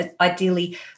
ideally